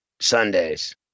Sundays